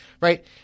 right